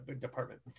department